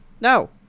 no